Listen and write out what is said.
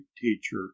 teacher